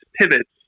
pivots